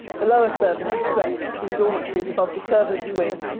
the lower servants slept in dormitories above the servants' wing,